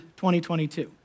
2022